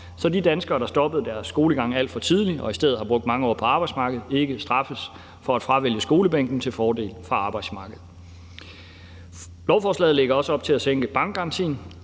så de danskere, der stoppede deres skolegang alt for tidligt og i stedet har brugt mange år på arbejdsmarkedet, ikke straffes for at fravælge skolebænken til fordel for arbejdsmarkedet. Lovforslaget lægger også op til at sænke bankgarantien.